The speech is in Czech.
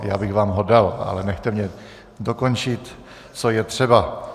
Já bych vám ho dal, ale nechte mě dokončit, co je třeba.